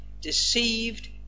deceived